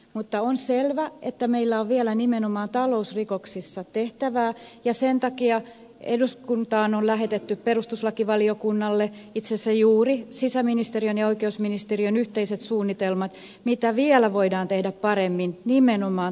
mutta on selvä että meillä on vielä nimenomaan talousrikoksissa tehtävää ja sen takia eduskuntaan on lähetetty perustuslakivaliokunnalle itse asiassa juuri sisäministeriön ja oikeusministeriön yhteiset suunnitelmat mitä vielä voidaan tehdä paremmin nimenomaan talousrikosten osalta